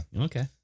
Okay